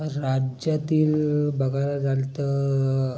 राज्यातील बघायला जाल तर